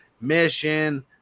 Mission